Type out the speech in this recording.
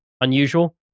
unusual